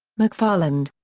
mcfarland.